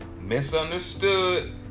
misunderstood